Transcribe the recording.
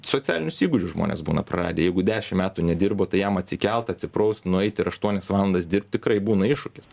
socialinius įgūdžius žmonės būna praradę jeigu dešim metų nedirbo tai jam atsikelt atsipraust nueit ir aštuonias valandas dirbt tikrai būna iššūkis